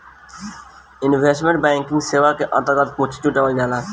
investment banking सेवा के अंतर्गत पूंजी जुटावल जाला